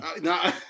No